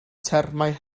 termau